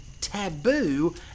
taboo